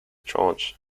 george